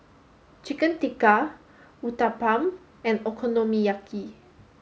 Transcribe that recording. chicken Tikka Uthapam and Okonomiyaki